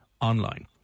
online